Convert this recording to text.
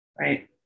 right